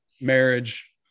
marriage